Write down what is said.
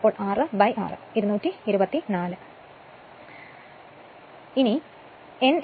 അങ്ങനെ 6 6 224